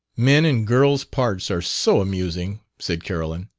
men in girls' parts are so amusing, said carolyn.